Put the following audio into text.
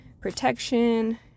protection